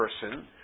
person